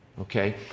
okay